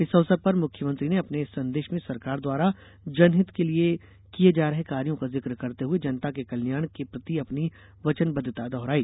इस अवसर पर मुख्यमंत्री ने अपने संदेश में सरकार द्वारा जनहित के लिए किये जा रहे कार्यो का जिक्र करते हुए जनता के कल्या्ण के प्रति अपनी वचनबद्वता दोहराई